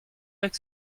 avec